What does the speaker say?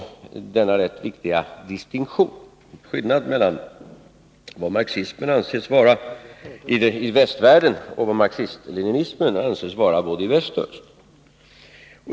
Hermansson om denna ganska viktiga distinktion — skillnaden mellan vad marxismen anses vara i västvärlden och vad marxism-leninismen anses vara både i väst och i öst.